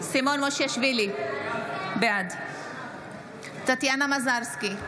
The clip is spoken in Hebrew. מושיאשוילי, בעד טטיאנה מזרסקי,